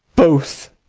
both